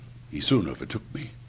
he soon overtook me.